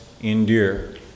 endure